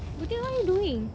butir what are you doing